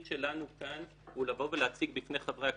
שלנו כאן הוא לבוא ולהציג בפני חברי הכנסת,